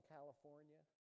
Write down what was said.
California